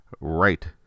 right